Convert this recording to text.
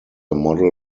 model